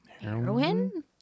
Heroin